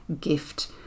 gift